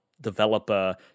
developer